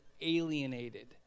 alienated